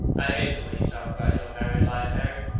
i hate the way you talk about your married life, harry,